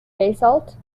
basalt